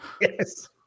Yes